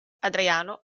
adriano